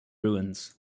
ruins